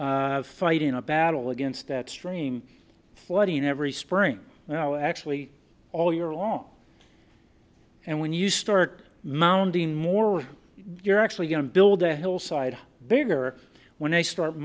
already fighting a battle against that stream flooding every spring well actually all year long and when you start mounting more when you're actually going to build a hillside bigger when they start